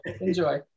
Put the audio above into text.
Enjoy